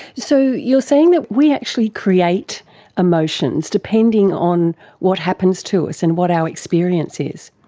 so you're saying that we actually create emotions depending on what happens to us and what our experience is.